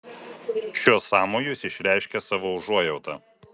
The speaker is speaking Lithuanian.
šiuo sąmoju jis išreiškė savo užuojautą